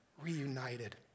reunited